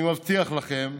אני מבטיח לכם,